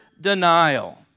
denial